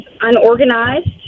unorganized